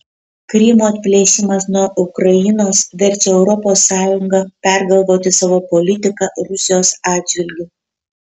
krymo atplėšimas nuo ukrainos verčia europos sąjungą pergalvoti savo politiką rusijos atžvilgiu